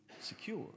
secure